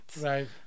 Right